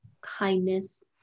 kindness